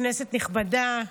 כנסת נכבדה,